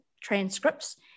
transcripts